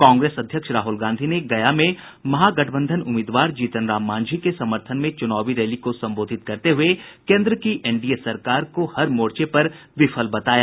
कांग्रेस अध्यक्ष राहुल गांधी ने गया में महागठबंधन उम्मीदवार जीतनराम मांझी के समर्थन में चुनावी रैली को संबोधित करते हुये केन्द्र की एनडीए सरकार को हर मोर्चे पर विफल बताया